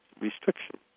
restriction